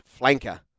flanker